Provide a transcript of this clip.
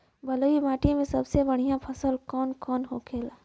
बलुई मिट्टी में सबसे बढ़ियां फसल कौन कौन होखेला?